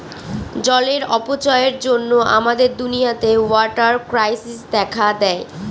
জলের অপচয়ের জন্য আমাদের দুনিয়াতে ওয়াটার ক্রাইসিস দেখা দেয়